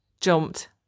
jumped